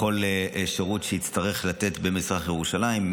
לכל שירות שיצטרך לתת במזרח ירושלים,